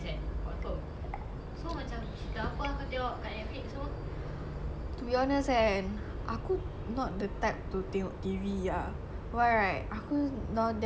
to be honest kan aku not the type to tengok T_V ah why right aku that time sampai tak tidur seh kau tahu cerita girl from nowhere